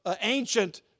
ancient